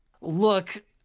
look